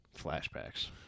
Flashbacks